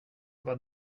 vad